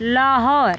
Lahore